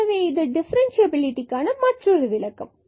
எனவே இது டிஃபரன்ஸ்சியபிலிடி கான மற்றொரு விளக்கம்